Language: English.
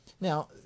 Now